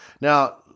Now